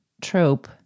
trope